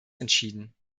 entschieden